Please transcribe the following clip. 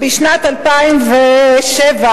בשנת 2007,